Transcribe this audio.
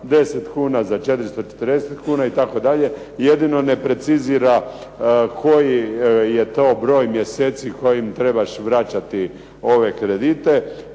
10 kuna za 440 kuna itd. Jedino ne precizira koji je to broj mjeseci kojim trebaš vraćati ove kredite.